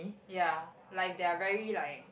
ya like if they are very like